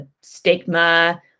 stigma